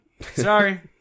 Sorry